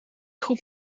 goed